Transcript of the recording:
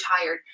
tired